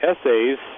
essays